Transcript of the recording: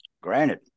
Granted